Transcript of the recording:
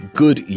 good